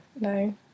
No